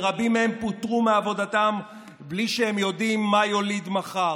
ורבים מהם פוטרו מעבודתם בלי שהם יודעים מה ילד מחר.